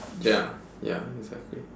ya ya exactly